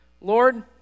Lord